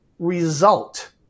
Result